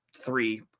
three